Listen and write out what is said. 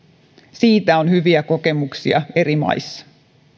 siitä on hyviä kokemuksia eri maissa